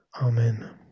Amen